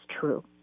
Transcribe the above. true